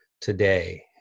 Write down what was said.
today